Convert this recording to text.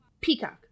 Peacock